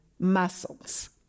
Muscles